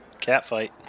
Catfight